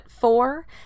four